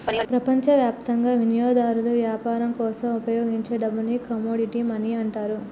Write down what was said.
ప్రపంచవ్యాప్తంగా వినియోగదారులు వ్యాపారం కోసం ఉపయోగించే డబ్బుని కమోడిటీ మనీ అంటారు